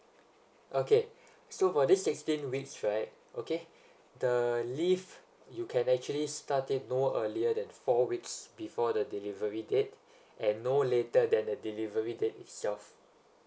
okay so for this sixteen weeks right okay the leave you can actually start it more earlier than four weeks before the delivery date and no later than the delivery date itself